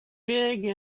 big